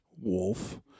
Wolf